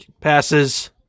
passes